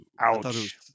Ouch